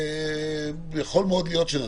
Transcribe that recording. מאוד יכול להיות שנצביע.